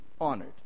honored